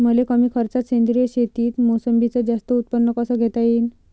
मले कमी खर्चात सेंद्रीय शेतीत मोसंबीचं जास्त उत्पन्न कस घेता येईन?